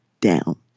down